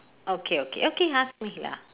okay okay okay ask me ya